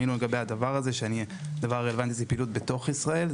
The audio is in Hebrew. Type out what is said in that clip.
אנחנו ענינו שהדבר הרלוונטי זה פעילות בתוך ישראל.